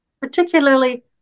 particularly